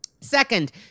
Second